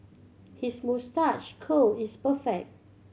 his moustache curl is perfect